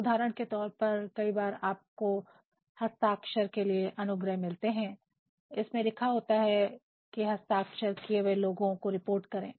उदाहरण के तौर पर कई बार आपको हस्ताक्षर किए हुए अनुग्रह मिलते हैं इसमें लिखा होता है हस्ताक्षर किए हुए लोगों को रिपोर्ट करें